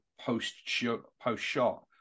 post-shot